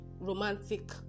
romantic